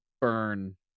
burn